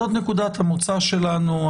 זאת נקודת המוצא שלנו.